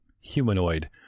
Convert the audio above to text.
humanoid